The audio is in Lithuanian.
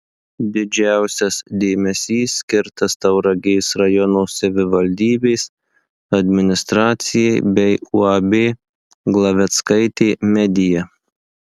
didžiausias dėmesys skirtas tauragės rajono savivaldybės administracijai bei uab glaveckaitė media